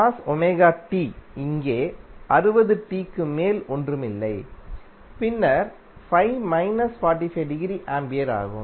cos omega T இங்கே 60 t க்கு மேல் ஒன்றும் இல்லை பின்னர் ஃபை மைனஸ் 45 டிகிரி ஆம்பியர் ஆகும்